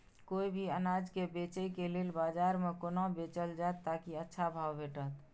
कोय भी अनाज के बेचै के लेल बाजार में कोना बेचल जाएत ताकि अच्छा भाव भेटत?